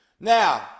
Now